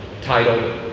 titled